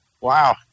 wow